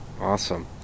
Awesome